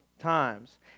times